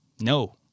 No